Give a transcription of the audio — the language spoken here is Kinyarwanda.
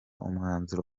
umwanzuro